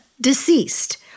deceased